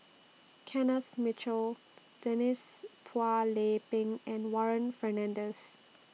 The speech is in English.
Kenneth Mitchell Denise Phua Lay Peng and Warren Fernandez